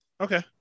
Okay